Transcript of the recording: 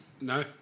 No